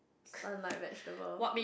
stunned like vegetable